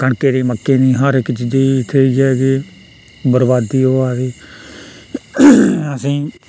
कनकै दी मक्कै दी हर इक चीजे दी इत्थे इ'यै के बरबादी होआ दी असेंई